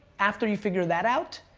after you figure that out,